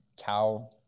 cow